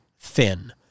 thin